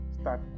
start